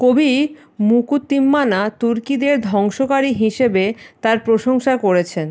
কবি মুক্তিমনা তুর্কিদের ধ্বংসকারী হিসেবে তার প্রশংসা করেছেন